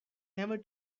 never